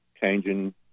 changing